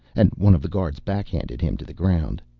and one of the guards backhanded him to the ground.